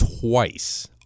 twice